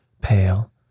pale